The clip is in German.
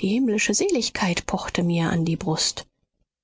die himmlische seligkeit pochte mir an die brust